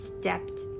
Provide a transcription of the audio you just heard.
stepped